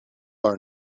are